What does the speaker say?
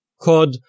code